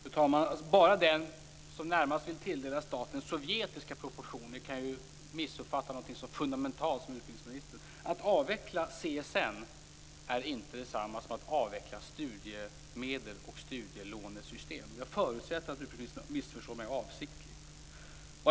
Fru talman! Bara den som vill tilldela staten närmast sovjetiska proportioner kan ju missuppfatta någonting så fundamentalt som utbildningsministern. Att avveckla CSN är inte detsamma som att avveckla studiemedel och studielånesystem. Jag förutsätter att utbildningsministern missförstår mig avsiktligt.